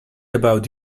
about